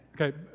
Okay